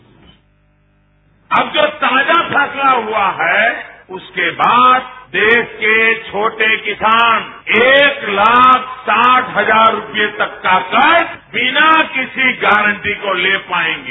bite PM अब जो ताजा फैसला हुआ है उसके बाद देश के छोटे किसान एक लाख साठ हजार रूपये तक का कर्ज बिना किसी गारंटी के ले पाएंगे